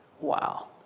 Wow